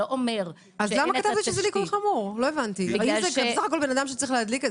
אז למה כתבתם שזה ליקוי חמור אם זה בסך הכול בן אדם שצריך להדליק?